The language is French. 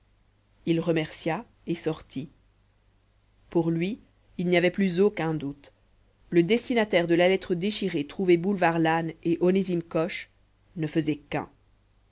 il remercia et sortit pour lui il n'y avait plus aucun doute le destinataire de la lettre déchirée trouvée boulevard lannes et onésime coche ne faisaient qu'un